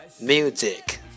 Music